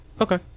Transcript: okay